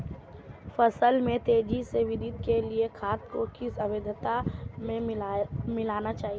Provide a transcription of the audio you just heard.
फसल में तेज़ी से वृद्धि के लिए खाद को किस अवस्था में मिलाना चाहिए?